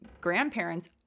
grandparents